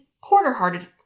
quarter-hearted